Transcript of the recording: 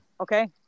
Okay